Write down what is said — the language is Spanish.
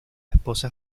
esposa